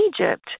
Egypt